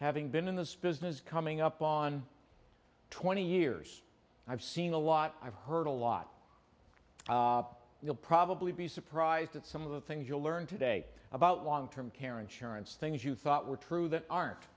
having been in the spears news coming up on twenty years i've seen a lot i've heard a lot you'll probably be surprised at some of the things you learn today about long term care insurance things you thought were true that aren't